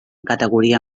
categoria